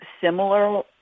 similar